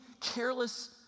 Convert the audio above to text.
careless